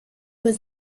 was